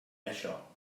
això